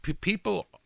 people